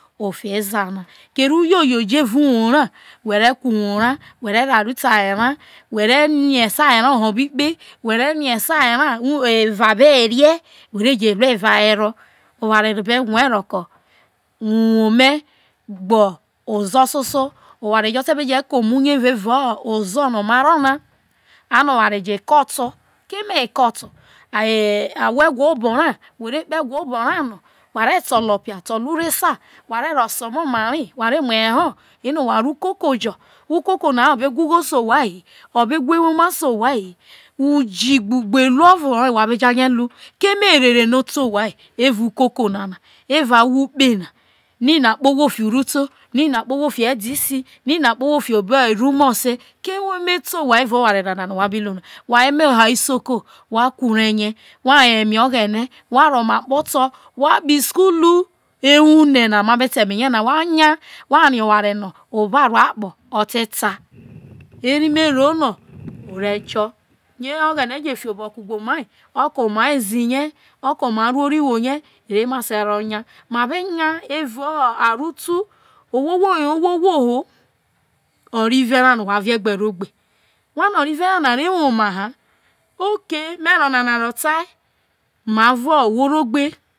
Ofi ezo na no ko aye na wo ru rie so oho oja kpa aye ofe eza na kere uyoyo o jo uwuo ra who re ko̱ aye rai who re rie sia aya ria oho be kpe so eva were oware no rie evaa eza gbe ozo soso oware jo no̱ o̱ be ke omia uye ano oware jo ekoto keme ho̱ ekoto ahwo ewo obora who ve tole opia urusa wha re ro sa omobo rai ano wha ro̱ ukoku ukoko na hayo o̱ re wa ewoma se owhi hi okpohe uji gbe ugberuo ovo wha be jarie ru ko eme ho erere no o te owhe ovo ukoko na gbe evaa ahwo kpe nene a kpe ohwo fiho uruto, n. D. C, nene a kpe ohwo fiho obo rumoso eme te owha evai oware nana no wha bi ru na wha omoha isoko wha yo eme oghene isoko wha yo eme oghene wha kpo isukuru wha nya oware no obare akpo o te ta re oghene je fi oboho ke oma ma be nya evae aro tu ohwo ohwo you ohwo ohwo hu orive ra no wha ve ye wha gbe ro̱ egbe.